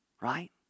right